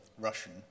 Russian